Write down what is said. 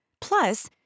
Plus